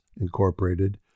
Incorporated